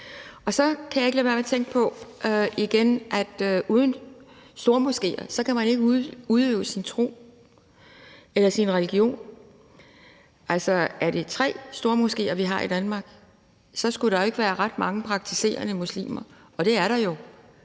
Og så kan jeg igen ikke lade være med at tænke på det med, at uden stormoskéer kan man ikke udøve sin tro eller sin religion. Altså, er det tre stormoskéer, vi har i Danmark? Så skulle der jo ikke være ret mange praktiserende muslimer, og det er der jo.